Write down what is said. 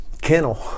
kennel